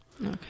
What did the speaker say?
Okay